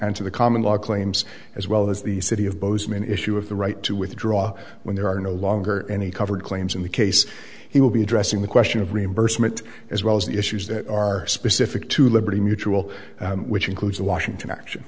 to the common law claims as well as the city of bozeman issue of the right to withdraw when there are no longer any covered claims in the case he will be addressing the question of reimbursement as well as issues that are specific to liberty mutual which includes washington action